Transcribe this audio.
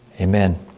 amen